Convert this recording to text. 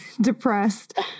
depressed